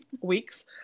weeks